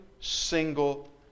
single